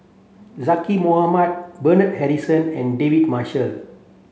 Zaqy Mohamad Bernard Harrison and David Marshall